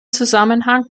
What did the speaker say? zusammenhang